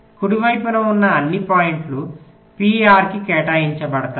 కుడి వైపున ఉన్న అన్ని పాయింట్లు P R కి కేటాయించబడతాయి